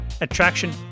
attraction